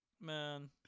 Man